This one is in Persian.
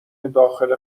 داخل